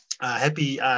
Happy